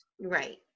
Right